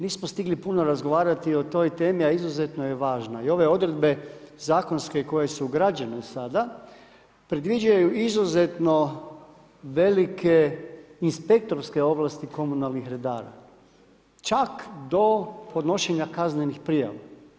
Nismo stigli puno razgovarati o toj temi, a izuzetno je važna i ove odredbe zakonske koje su ugrađene sada predviđaju izuzetno velike inspektorske ovlasti komunalnih redara, čak do podnošenja kaznenih prijava.